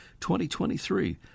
2023